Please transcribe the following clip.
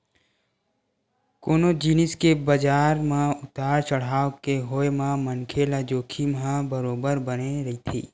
कोनो जिनिस के बजार म उतार चड़हाव के होय म मनखे ल जोखिम ह बरोबर बने रहिथे